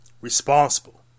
responsible